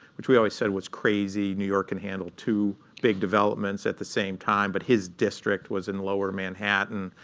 which we always said was crazy. new york can and handle two big developments at the same time. but his district was in lower manhattan.